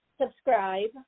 subscribe